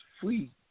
free